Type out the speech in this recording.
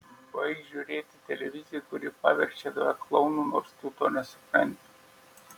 baik žiūrėti televiziją kuri paverčia tave klounu nors tu to nesupranti